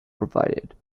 provided